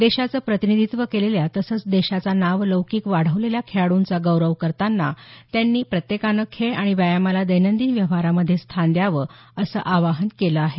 देशाचं प्रतिनिधीत्व केलेल्या तसंच देशाचा नावलौकिक वाढवलेल्या खेळाड़ंचा गौरव करताना त्यांनी प्रत्येकानं खेळ आणि व्यायामाला दैनंदिन व्यवहारामधे स्थान द्यावं असं आवाहन केलं आहे